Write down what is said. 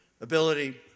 ability